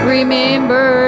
Remember